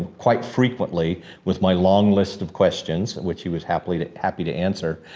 quite frequently with my long list of questions, which he was happy to happy to answer.